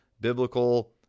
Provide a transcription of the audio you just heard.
biblical